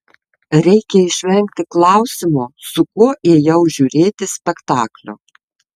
reikia išvengti klausimo su kuo ėjau žiūrėti spektaklio